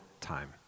time